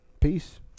peace